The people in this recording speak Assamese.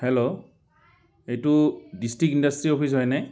হেল্ল' এইটো ডিষ্ট্ৰিক্ট ইণ্ডাষ্ট্ৰি অফিচ হয়নে